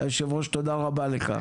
יושב הראש, תודה רבה לך.